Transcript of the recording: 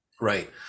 Right